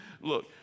look